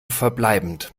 verbleibend